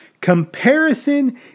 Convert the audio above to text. Comparison